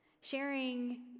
Sharing